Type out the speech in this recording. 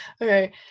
Okay